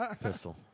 pistol